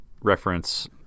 reference